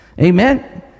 Amen